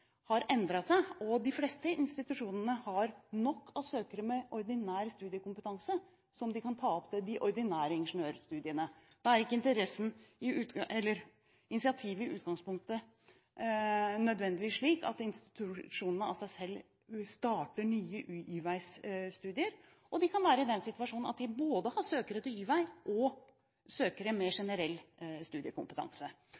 har endret seg, og de fleste institusjonene har nok søkere med ordinær studiekompetanse som de kan ta opp ved de ordinære ingeniørstudiene. Da er ikke initiativet i utgangspunktet nødvendigvis slik at institusjonene av seg selv starter nye Y-vei-studier, og de kan være i den situasjon at de har både søkere til Y-vei og søkere med